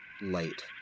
light